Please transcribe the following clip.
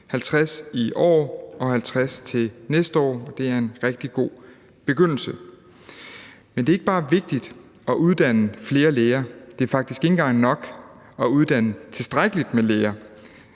50 i år og 50 til næste år. Det er en rigtig god begyndelse. Men det er ikke bare vigtigt at uddanne flere læger. Det er faktisk ikke engang nok at uddanne tilstrækkeligt med læger.